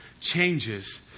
changes